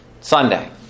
Sunday